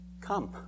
come